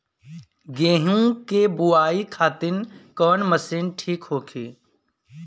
गेहूँ के बुआई खातिन कवन मशीन ठीक होखि?